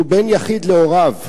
שהוא בן יחיד להוריו,